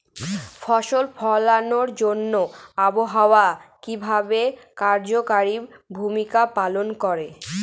ফসল ফলানোর জন্য আবহাওয়া কিভাবে কার্যকরী ভূমিকা পালন করে?